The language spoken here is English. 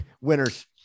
Winners